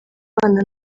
bana